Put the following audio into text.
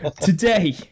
Today